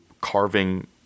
carving